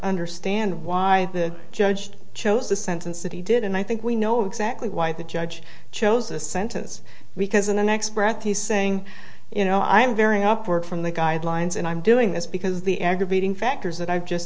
understand why the judged chose the sentence that he did and i think we know exactly why the judge chose the sentence because in the next breath he's saying you know i'm very upward from the guidelines and i'm doing this because the aggravating factors that i've just